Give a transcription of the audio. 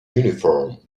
uniform